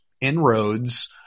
inroads